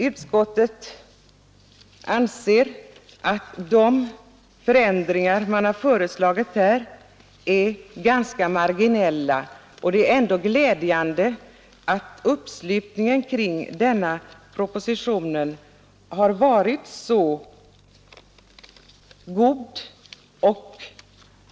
Utskottet anser att de förändringar som man föreslagit är ganska marginella. Det är ändå glädjande att uppslutningen kring denna proposition har varit så god.